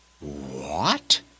What